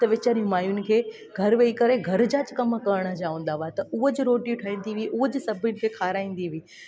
त वेचारी माइयुनि खे घरु वेही करे घर जा कमु करण जा हूंदा हुआ त उहे अॼु रोटियूं ठाहींदी हुई उहो जो सभिनि खे खाराईंदी हुई